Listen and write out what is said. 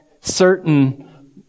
certain